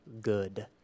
good